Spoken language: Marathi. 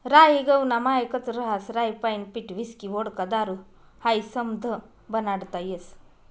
राई गहूना मायेकच रहास राईपाईन पीठ व्हिस्की व्होडका दारू हायी समधं बनाडता येस